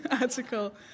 article